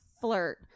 flirt